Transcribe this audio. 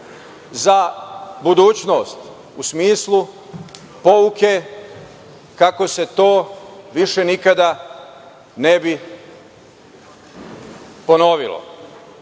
za budućnost u smislu pouke kako se to više nikada ne bi ponovilo. Dosta